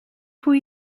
pwy